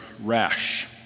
rash